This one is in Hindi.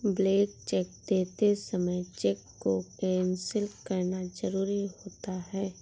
ब्लैंक चेक देते समय चेक को कैंसिल करना जरुरी होता है